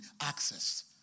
access